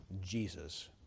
Jesus